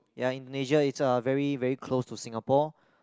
ya Indonesia is a very very close to Singapore